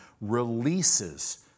releases